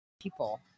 people